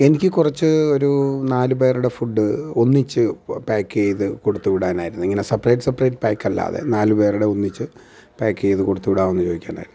എനിക്ക് കുറച്ച് ഒരു നാലുപേരുടെ ഫുഡ് ഒന്നിച്ച് പാക്ക് ചെയ്ത് കൊടുത്തുവിടാൻ ആയിരുന്നു ഇങ്ങനെ സെപ്പറേറ്റ് സെപ്പറേറ്റ് പാക്ക് അല്ലാതെ നാലുപേരുടെ ഒന്നിച്ച് പാക്ക് ചെയ്ത് കൊടുത്തു വിടാവോ എന്ന് ചോദിക്കാനായിരുന്നു